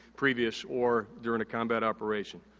previous or during the combat operation.